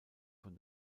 von